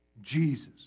Jesus